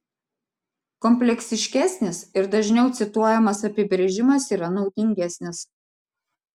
kompleksiškesnis ir dažniau cituojamas apibrėžimas yra naudingesnis